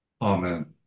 Amen